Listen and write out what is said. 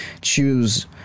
choose